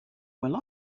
well